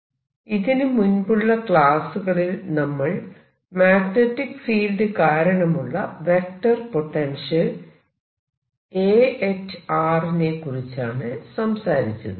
vector പൊട്ടൻഷ്യലിനുള്ള സമവാക്യം current density ഉപയോഗിച്ച് 1 ഇതിനു മുൻപുള്ള ക്ലാസ്സുകളിൽ നമ്മൾ മാഗ്നെറ്റിക് ഫീൽഡ് കാരണമുള്ള വെക്റ്റർ പൊട്ടൻഷ്യൽ A നെകുറിച്ചാണ് സംസാരിച്ചത്